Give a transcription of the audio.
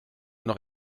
noch